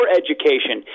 education